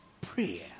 prayer